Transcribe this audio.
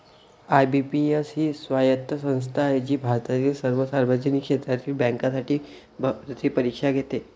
IBPS ही स्वायत्त संस्था आहे जी भारतातील सर्व सार्वजनिक क्षेत्रातील बँकांसाठी भरती परीक्षा घेते